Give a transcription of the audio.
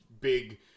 big